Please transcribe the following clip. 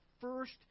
first